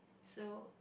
so